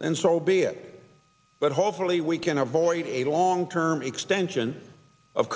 and so be it but hopefully we can avoid a long term extension of